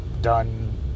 done